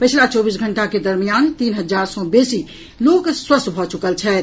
पछिला चौबीस घंटा के दरमियान तीन हजार सँ बेसी लोक स्वस्थ भऽ चुकल छथि